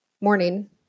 morning